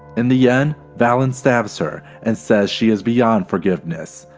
in the end, valen stabs her and says she is beyond forgiveness.